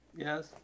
Yes